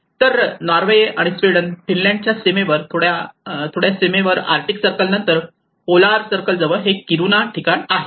तर नॉर्वे आणि स्वीडन फिनलँडच्या सीमेवर थोड्या सीमेवर आर्टिक सर्कल नंतर पोलार सर्कल जवळ हे किरूना ठिकाण आहे